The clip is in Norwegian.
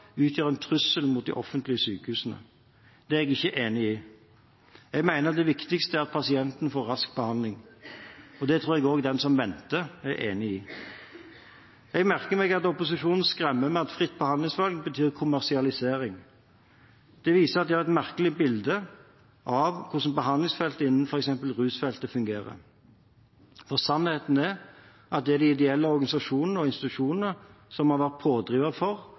utgjør en trussel mot de offentlige sykehusene. Det er jeg ikke enig i. Jeg mener det viktigste er at pasienten får rask behandling. Det tror jeg også at den som venter, er enig i. Jeg merker meg at opposisjonen skremmer med at fritt behandlingsvalg betyr kommersialisering. Det viser at de har et merkelig bilde av hvordan behandlingsfeltet innen f.eks. rusfeltet fungerer. For sannheten er at det er de ideelle organisasjonene og institusjonene som har vært pådrivere for